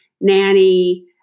nanny